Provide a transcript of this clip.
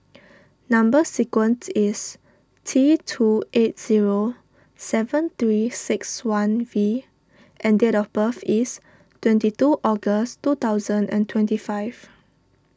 Number Sequence is T two eight zero seven three six one V and date of birth is twenty two August two thousand and twenty five